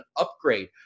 upgrade